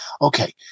Okay